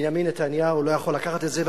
בנימין נתניהו לא יכול לקחת את זה.